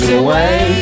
away